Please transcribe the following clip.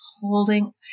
holding